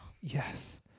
Yes